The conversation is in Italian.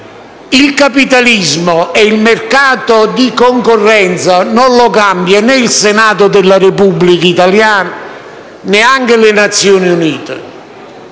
Il capitalismo e il mercato di concorrenza non lo cambiano né il Senato della Repubblica italiana e neanche le Nazioni Unite.